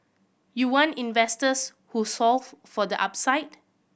you want investors who solve for the upside